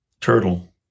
turtle